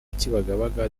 kibagabaga